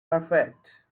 perfect